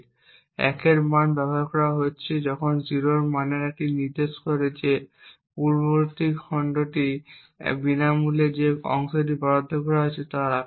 1 এর একটি মান ব্যবহার করা হচ্ছে যখন এখানে 0 এর একটি মান নির্দেশ করে যে পূর্ববর্তী খণ্ডটি বিনামূল্যে যে অংশটি বরাদ্দ করা হয়েছে তার আকার